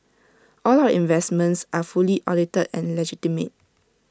all of our investments are fully audited and legitimate